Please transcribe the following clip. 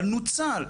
אבל נוצל,